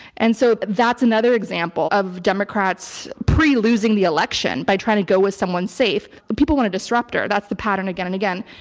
and so that's another example of democrats pre-losing the election by trying to go with someone safe. but people want a disrupter. that's the pattern again and again.